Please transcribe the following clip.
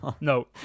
No